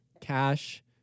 cash